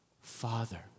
father